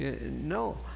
No